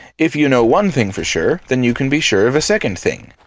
if you know one thing for sure, then you can be sure of a second thing.